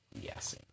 Yes